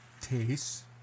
taste